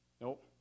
nope